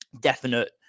definite